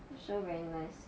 the show very nice